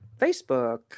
Facebook